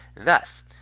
Thus